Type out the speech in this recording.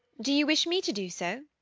do you wish me to do so?